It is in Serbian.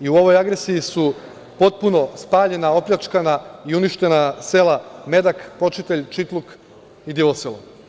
i u ovoj agresiji su potpuno spaljena, opljačkana i uništena sela Medak, Počitelj, Čitluk i Divoselo.